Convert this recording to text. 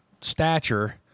stature